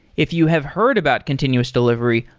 if you have heard about continuous delivery,